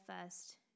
first